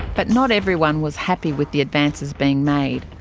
but not everyone was happy with the advances being made.